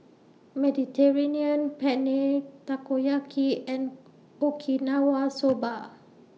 Mediterranean Penne Takoyaki and Okinawa Soba